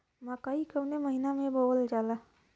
मकई कवने महीना में बोवल जाला?